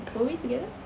were we together